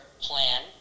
plan